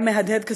היה מהדהד,